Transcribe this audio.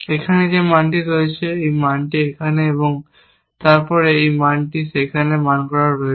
এখানে এই মানটি রয়েছে এই মানটি এখানে এবং তারপরে এই মানটি সেখানে মান রয়েছে